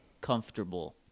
comfortable